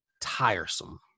tiresome